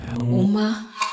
UMA